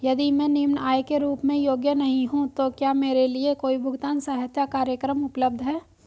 यदि मैं निम्न आय के रूप में योग्य नहीं हूँ तो क्या मेरे लिए कोई भुगतान सहायता कार्यक्रम उपलब्ध है?